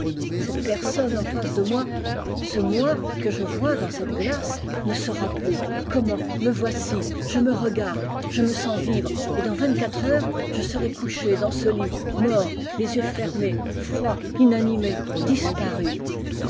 cette personne en face de moi ce moi que je vois dans cette glace ne sera plus comment me voici je me regarde je me sens vivre et dans vingt-quatre heures je serai couché dans ce ht mort les yeux fermés froid inanimé disparu